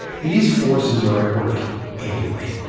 these forces are at work anyway.